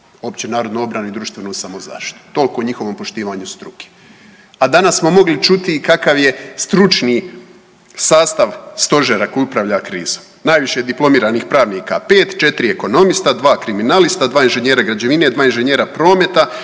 općenarodnu obranu i društvenu samozaštitu. Toliko o njihovom poštivanju struke. A danas smo mogli čuti i kakav je stručni sastav stožera koji upravlja krizom. Najviše je diplomiranih pravnika 5, 4 ekonomista, 2 kriminalista, 2 inženjera građevina, 2 inženjera prometa,